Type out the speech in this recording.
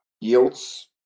yields